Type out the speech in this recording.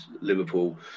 Liverpool